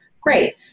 great